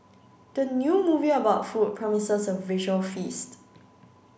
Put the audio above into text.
the new movie about food promises a visual feast